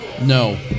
No